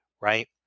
right